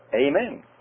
Amen